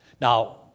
Now